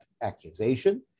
accusation